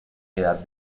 edad